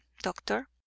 doctor